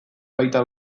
baita